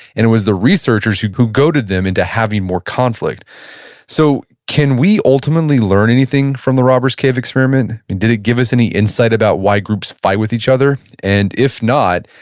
and it was researchers who who goaded them into having more conflict so can we ultimately learn anything from the robbers cave experiment? did it give us any insight about why groups fight with each other? and if not,